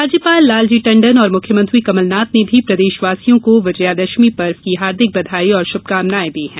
राज्यपाल लालजी टंडन और मुख्यमंत्री कमल नाथ ने भी प्रदेशवासियों को विजयादशमी पर्व की हार्दिक बधाई और शुभकामनाएँ दी हैं